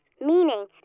meaning